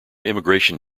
immigration